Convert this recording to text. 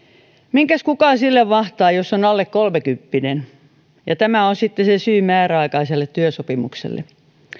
minkäs kukaan sille mahtaa jos on alle kolmekymppinen ja tämä on sitten se syy määräaikaiselle työsopimukselle